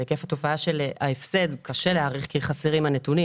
את היקף התופעה של ההפסד קשה להעריך כי חסרים הנתונים.